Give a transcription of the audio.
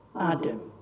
Adam